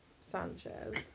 Sanchez